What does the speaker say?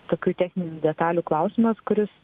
tokių techninių detalių klausimas kuris